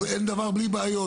אבל אין דבר בלי בעיות.